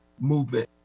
movement